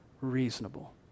Reasonable